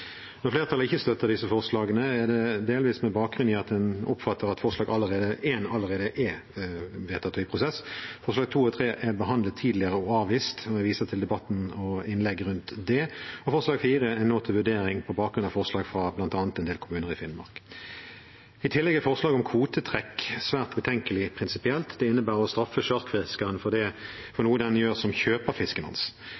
Når flertallet ikke støtter disse forslagene, er det delvis med bakgrunn i at en oppfatter at forslag nr. 1 allerede er vedtatt og i en prosess, forslagene nr. 2 og 3 er behandlet tidligere og avvist – jeg viser til debatten og innleggene rundt det – og forslag nr. 4 nå er til vurdering på bakgrunn av forslag fra bl.a. en del kommuner i Finnmark. I tillegg er forslaget om kvotetrekk svært betenkelig prinsipielt. Det innebærer å straffe sjarkfiskeren for